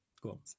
Cool